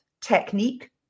Technique